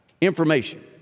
Information